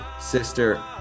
sister